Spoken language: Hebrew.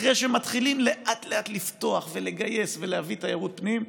אחרי שמתחילים לאט-לאט לפתוח ולגייס ולהביא תיירות פנים,